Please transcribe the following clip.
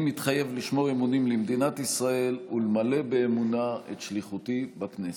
אני מתחייב לשמור אמונים למדינת ישראל ולמלא באמונה את שליחותי בכנסת.